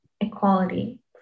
equality